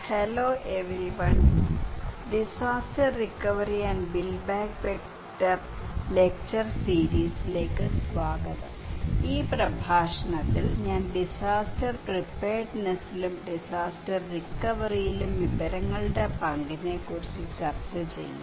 hello everyone disaster recovery and build back better lecture സീരീസിലേക്ക് സ്വാഗതം ഈ പ്രഭാഷണത്തിൽ ഞാൻ ഡിസാസ്റ്റർ പ്രീപയേർഡ്നെസിലും ഡിസാസ്റ്റർ റിക്കവറിയിലും വിവരങ്ങളുടെ പങ്കിനെ കുറിച്ച് ചർച്ച ചെയ്യും